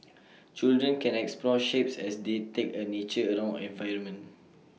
children can explore shapes as they take A nature around environment